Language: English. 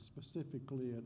specifically